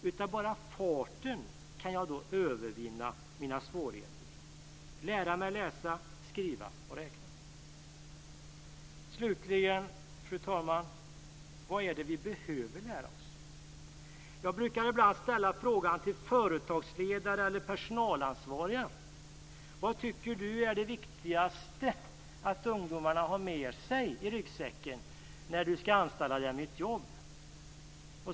Utav bara farten kan jag då övervinna mina svårigheter och lära mig läsa, skriva och räkna. Slutligen, fru talman: Vad är det vi behöver lära oss? Jag brukar ibland ställa frågan till företagsledare eller personalansvariga: Vad tycker du är det viktigaste att ungdomarna har med sig i ryggsäcken när du ska anställa dem i ett jobb?